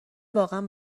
واقعا